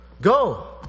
Go